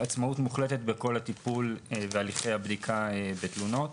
בכל הטיפול בהליכי הבדיקה בתלונות.